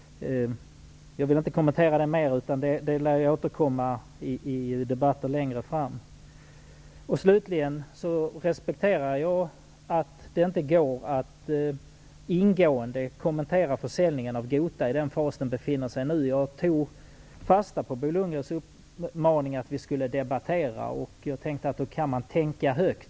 Jag vill inte kommentera det mer. Det lär jag återkomma till i debatter längre fram. Till sist vill jag säga att jag respekterar att det inte går att ingående kommentera försäljningen av Gota i den fas som den befinner sig i nu. Jag tog fasta på Bo Lundgrens uppmaning att vi skulle debattera och tyckte därför att man kunde tänka högt.